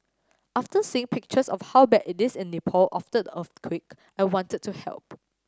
after seeing pictures of how bad it is in Nepal after the earthquake I wanted to help